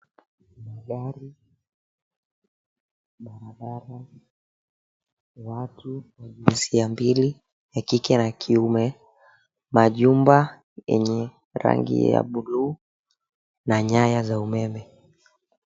Magari, barabara, watu wa jinsia mbili ya kike na kiume, majumba yenye rangi ya buluu na nyaya za umeme.